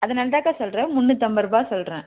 அதனால்தான்க்கா சொல்கிறேன் முன்னூற்றம்பது ரூபாய் சொல்கிறேன்